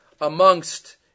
amongst